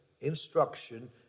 instruction